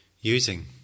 using